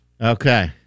Okay